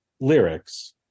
lyrics